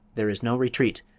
there is no retreat,